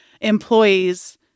employees